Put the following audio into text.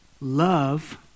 Love